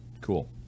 cool